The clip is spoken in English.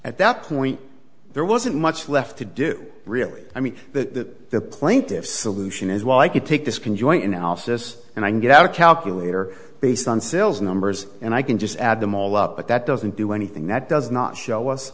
at that point there wasn't much left to do really i mean that the plaintiffs solution is well i could take this can join al sis and i can get a calculator based on sales numbers and i can just add them all up but that doesn't do anything that does not show us